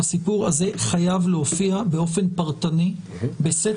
הסיפור הזה חייב להופיע באופן פרטני בסט